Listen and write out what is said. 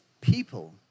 people